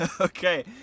Okay